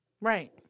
Right